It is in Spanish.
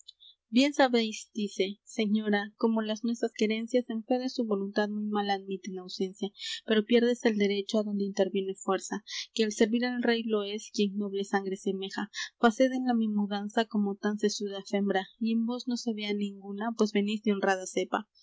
bien sabéis dice señora cómo las nuesas querencias en fe de su voluntad muy mal admiten ausencia pero piérdese el derecho adonde interviene fuerza que el servir al rey lo es quien noble sangre semeja faced en la mi mudanza como tan sesuda fembra y en vos no se vea ninguna pues venís de honrada cepa